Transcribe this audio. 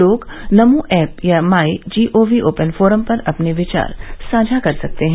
लोग नमो ऐप या my gov open forum पर अपने विचार साझा कर सकते हैं